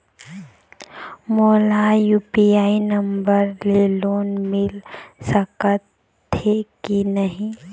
मोला UPI number ले loan मिल सकथे कि नहीं?